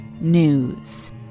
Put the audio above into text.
News